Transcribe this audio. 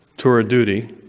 tour of duty,